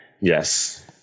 Yes